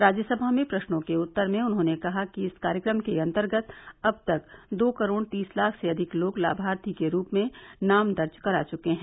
राज्यसभा में प्रश्नों के उत्तर में उन्होंने कहा कि इस कार्यक्रम के अंतर्गत अब तक दो करोड़ तीस लाख से अधिक लोग लामार्थी के रूप में नाम दर्ज करा चुके हैं